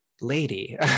lady